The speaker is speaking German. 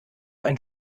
ein